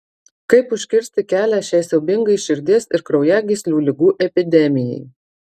kaip užkirsti kelią šiai siaubingai širdies ir kraujagyslių ligų epidemijai